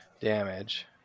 damage